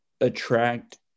attract